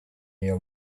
near